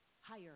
higher